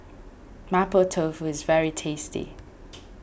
Mapo Tofu is very tasty